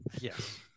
Yes